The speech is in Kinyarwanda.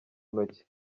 ntoki